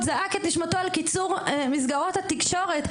זרק את נשמתו על קיצור מסגרות התקשורת,